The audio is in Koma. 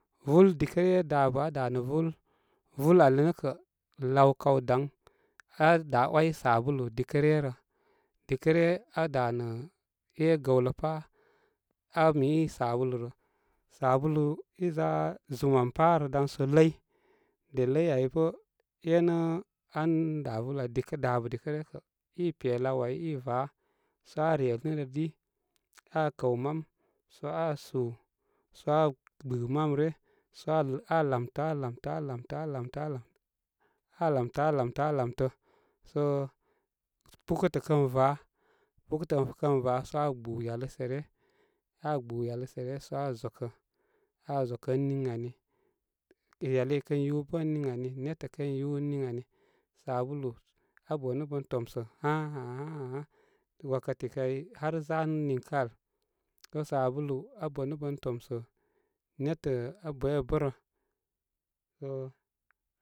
Vul dikə nə dabə bə aa danə vul vul ali nə kə, law kaw daŋ aa way sabulu dikə re rə dikə rə aa danə, e gəwlə pá aa mi sabulu rə sabulu iza zum am pá rə danso ləy de ləy ai bə enə an da vul dikə dabə dikə rə kə i pe law ai iva sə aa re nɨl lə di aa kəw mam sə aa sú sə aa ɓú mam sə aa lamtə, aa lamtə, aa lamtə, aa lamtə, aa lamtə, aa lamtə aa lamtə, aa lamtə, aa lamtə, sə pukətə kən va-pukətə kən va sə aa ɓú yale sə ryə-aa ɓu yale sə ryə so aa zokə aa zokə ən nin ani yale i kən yú bə ən nin ani, nétə kən yú bə ən nin ani. Sabulu abənu bən tomsə há, há, há, há, há wakati kay har zanə ninkə al sə sabulu aa sabulu aa bənu bən tomsə nétə abəybə bərə.